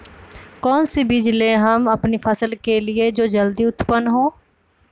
कौन सी बीज ले हम अपनी फसल के लिए जो जल्दी उत्पन हो?